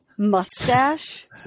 Mustache